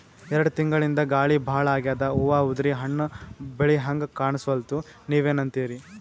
ಎರೆಡ್ ತಿಂಗಳಿಂದ ಗಾಳಿ ಭಾಳ ಆಗ್ಯಾದ, ಹೂವ ಉದ್ರಿ ಹಣ್ಣ ಬೆಳಿಹಂಗ ಕಾಣಸ್ವಲ್ತು, ನೀವೆನಂತಿರಿ?